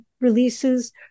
releases